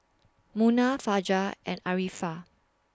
Munah Fajar and Arifa